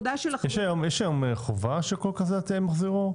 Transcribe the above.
יש היום חובה שיהיה מחזיר אור?